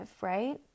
right